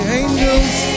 angels